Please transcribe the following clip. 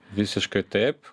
visiškai taip